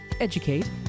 educate